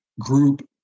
group